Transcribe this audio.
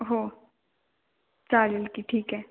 हो चालेल की ठीक आहे